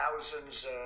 thousands